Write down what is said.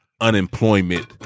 unemployment